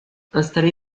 installé